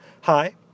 Hi